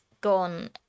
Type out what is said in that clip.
gone